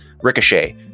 Ricochet